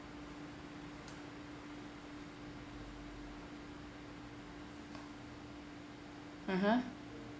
(uh huh)